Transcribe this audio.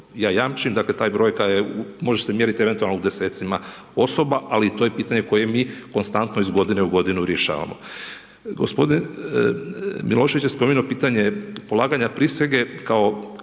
ja jamčim, dakle, ta brojka je može se mjeriti eventualno u desecima osoba, ali to je pitanje, koje mi konstanto iz godine u godinu rješavamo. Gospodin Milošević je spomenuo pitanje polaganje prisege, kao